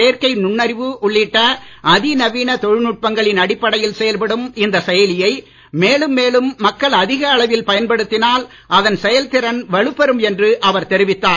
செயற்கை நுண்ணறிவு உள்ளிட்ட அதிநவீன தொழில்நுட்பங்களின் அடிப்படையில் செயல்படும் இந்த செயலியை மேலும் மேலும் மக்கள் அதிக அளவில் பயன்படுத்தினால் அதன் செயல் திறன் வலுப்பெறும் என்று அவர் தெரிவித்துள்ளார்